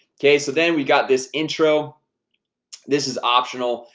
okay, so then we got this intro this is optional.